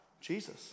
Jesus